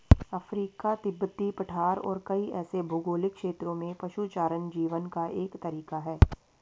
Africa, तिब्बती पठार और कई ऐसे भौगोलिक क्षेत्रों में पशुचारण जीवन का एक तरीका है